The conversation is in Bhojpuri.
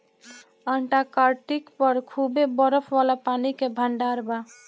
अंटार्कटिक पर खूबे बरफ वाला पानी के भंडार बा